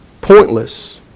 pointless